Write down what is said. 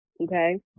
okay